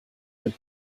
mit